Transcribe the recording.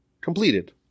completed